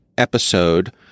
episode